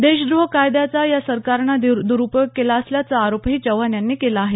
देशद्रोह कायद्याचा या सरकारनं द्रुपयोग केला असल्याचा आरोपही चव्हाण यांनी केला आहे